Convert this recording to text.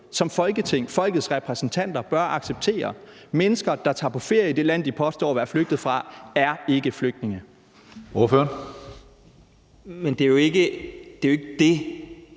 som Folketing, som folkets repræsentanter, bør acceptere. Mennesker, der tager på ferie i det land, de påstår at være flygtet fra, er ikke flygtninge. Kl. 16:24 Tredje